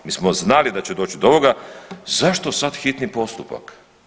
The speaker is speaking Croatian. Mi smo znali da će doći do ovoga zašto sad hitni postupak?